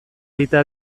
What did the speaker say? egitea